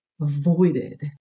avoided